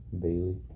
Bailey